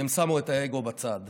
כי הם שמו את האגו בצד.